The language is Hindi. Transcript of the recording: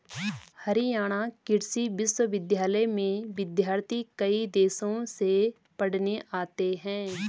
हरियाणा कृषि विश्वविद्यालय में विद्यार्थी कई देशों से पढ़ने आते हैं